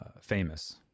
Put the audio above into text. famous